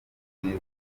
mwiza